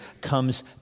comes